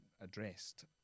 addressed